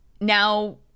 Now